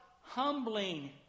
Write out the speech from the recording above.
humbling